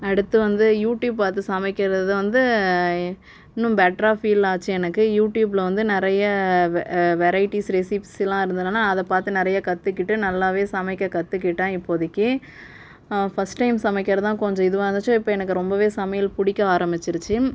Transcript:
அடுத்து வந்து யூடியூப் பார்த்து சமைக்கிறது வந்து இன்னும் பெட்ராக ஃபீல் ஆச்சு எனக்கு யூடியூப்பில் வந்து நிறைய வெரைட்டிஸ் ரெசிப்ஸ்லான் இருந்ததுனால் அதை பார்த்து நிறைய கற்றுக்கிட்டு நல்லாவே சமைக்க கத்துகிட்டேன் இப்போதைக்கி ஃபஸ்ட் டைம் சமைக்கிறதா கொஞ்சம் இதுவா இருந்துச்சு இப்போ எனக்கு ரொம்பவே சமையல் பிடிக்க ஆரம்பிச்சிருச்சு